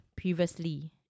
previously